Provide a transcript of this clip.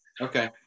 Okay